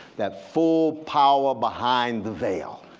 that full power behind the veil.